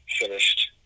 finished